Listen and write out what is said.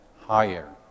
higher